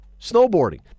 Snowboarding